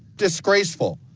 disgraceful,